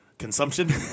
consumption